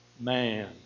man